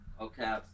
Okay